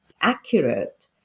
accurate